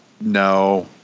no